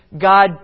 God